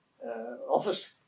Office